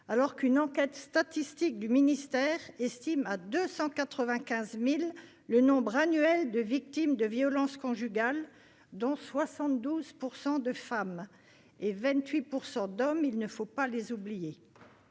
alors qu'une enquête statistique du ministère estime à 295 000 le nombre annuel de victimes de violences conjugales, dont 72 % de femmes et 28 % d'hommes- il ne faut pas oublier